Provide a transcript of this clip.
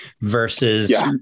versus